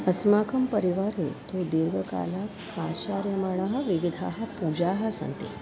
अस्माकं परिवारे तु दीर्घकालात् आचर्यमाणाः विविधाः पूजाः सन्ति